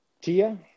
Tia